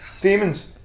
Demons